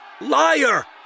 Liar